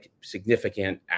significant